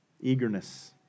Eagerness